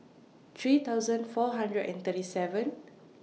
three thousand four hundred and thirty seven